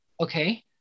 okay